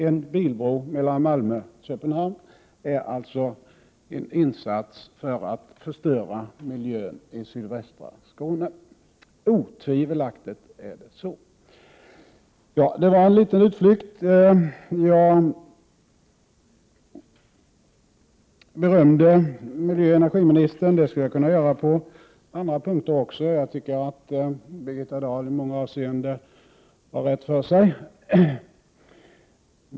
En bilbro mellan Malmö och Köpenhamn är otvivelaktigt en insats för att förstöra miljön i sydvästra Skåne. Det var en liten utvikning. Jag berömde miljöoch energiministern, och det skulle jag kunna göra på andra punkter också. Jag tycker att Birgitta Dahl i många avseenden har rätt för sig.